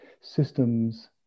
systems